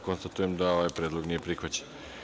Konstatujem da ovaj predlog nije prihvaćen.